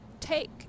take